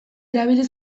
erabili